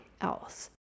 else